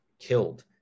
Killed